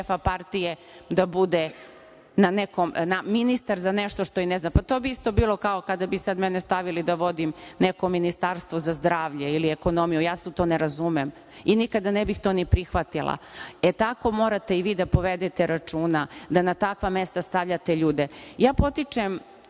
partije da bude ministar za nešto što i ne zna. Pa to bi isto bilo kao kada bi sad mene stavili da vodim neko ministarstvo za zdravlje ili ekonomiju, ja se u to ne razumem i nikada ne bih to ni prihvatila. E, tako morate i vi da povedete računa da na takva mesta stavljate ljude. Najveći